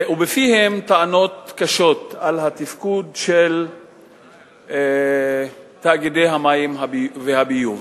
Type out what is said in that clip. ובפיהם טענות קשות על התפקוד של תאגידי המים והביוב.